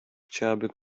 chciałby